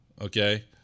Okay